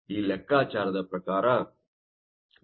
ಈ ಲೆಕ್ಕಾಚಾರದ ಪ್ರಕಾರ 96